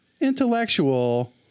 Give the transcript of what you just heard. Intellectual